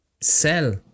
sell